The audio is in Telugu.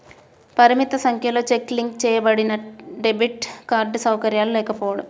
పరిమిత సంఖ్యలో చెక్ లింక్ చేయబడినడెబిట్ కార్డ్ సౌకర్యాలు లేకపోవడం